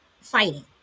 fighting